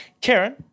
Karen